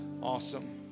Awesome